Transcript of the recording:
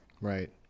Right